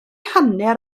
hanner